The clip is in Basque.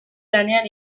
lanean